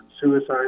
Suicide